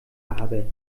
aber